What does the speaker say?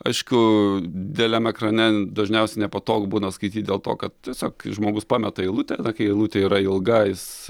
aišku dideliame ekrane dažniausiai nepatogu būna skaityti dėl to kad tiesiog žmogus pameta eilutę na kai eilutė yra ilga jis